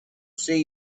see